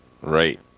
Right